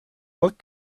what